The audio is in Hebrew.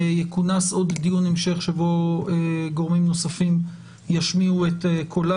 יכונס עוד דיון המשך שבו גורמים נוספים ישמיעו את קולם,